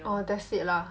orh that's it ah